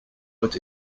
but